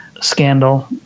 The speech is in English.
scandal